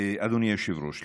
אדוני היושב-ראש,